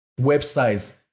websites